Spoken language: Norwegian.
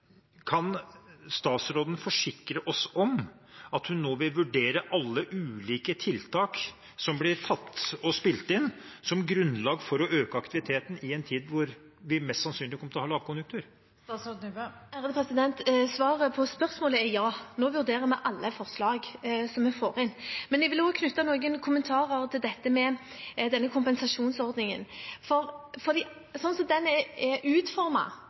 Kan statsråden forsikre oss om at hun nå vil vurdere alle ulike tiltak som blir spilt inn, som grunnlag for å øke aktiviteten i en tid da vi mest sannsynlig kommer til å ha lavkonjunktur? Svaret på spørsmålet er ja. Vi vurderer alle forslag som vi får inn. Men jeg vil også knytte noen kommentarer til dette med denne kompensasjonsordningen. Slik den er utformet, vil det for